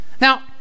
now